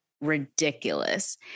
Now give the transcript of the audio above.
ridiculous